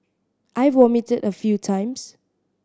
I vomited a few times